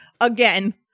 Again